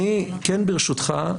ברשותך,